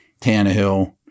Tannehill